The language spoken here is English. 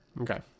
Okay